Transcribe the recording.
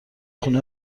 خونه